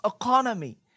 economy